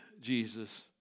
Jesus